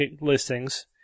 listings